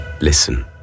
Listen